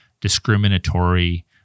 discriminatory